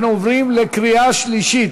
אנחנו עוברים לקריאה שלישית.